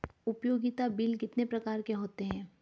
उपयोगिता बिल कितने प्रकार के होते हैं?